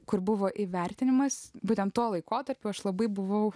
kur buvo įvertinimas būtent tuo laikotarpiu aš labai buvau